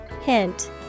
Hint